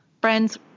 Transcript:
friend's